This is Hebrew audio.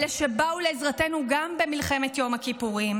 אלה שבאו לעזרתנו גם במלחמת יום הכיפורים,